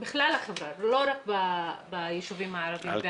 בכלל החברה, לא רק ביישובים הערביים.